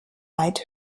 weit